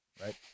right